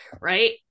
right